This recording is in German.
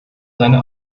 seine